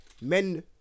men